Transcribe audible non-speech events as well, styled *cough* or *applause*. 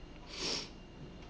*noise*